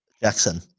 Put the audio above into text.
Jackson